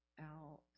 out